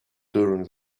during